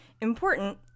important